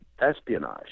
espionage